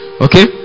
okay